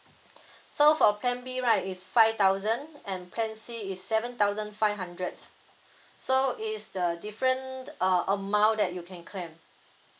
so for plan B right is five thousand and plan C is seven thousand five hundreds so it's the different uh amount that you can claim